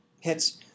hits